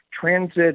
transit